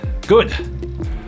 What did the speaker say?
good